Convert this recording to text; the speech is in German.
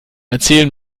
erzählen